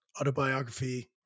Autobiography